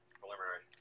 preliminary